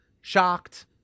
shocked